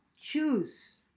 choose